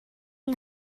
yng